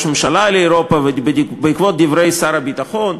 הממשלה לאירופה ובעקבות דברי שר הביטחון.